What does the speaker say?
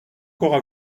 corps